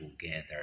together